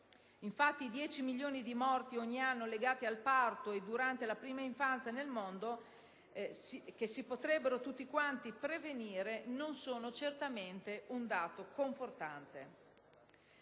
Infatti, i 10 milioni di morti ogni anno legati al parto e alla prima infanzia nel mondo, che si potrebbero tutti prevenire, non sono certamente un dato confortante.